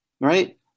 right